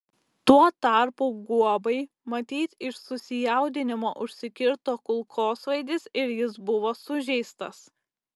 tuo tarpu guobai matyt iš susijaudinimo užsikirto kulkosvaidis ir jis buvo sužeistas